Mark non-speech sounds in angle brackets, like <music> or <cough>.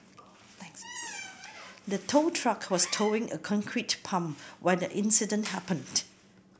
<noise> the tow truck was towing a concrete pump when the incident happened